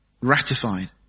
ratified